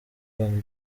van